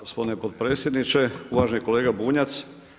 Gospodine podpredsjedniče, uvaženi kolega Bunjac.